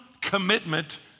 commitment